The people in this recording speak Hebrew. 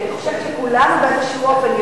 כי אני חושבת שכולנו באיזשהו אופן,